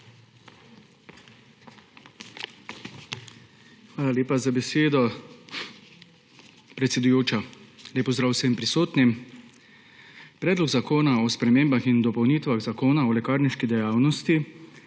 Hvala lepa za besedo, predsedujoča. Lep pozdrav vsem prisotnim! Predlog zakona o spremembah in dopolnitvah Zakona o lekarniški dejavnosti,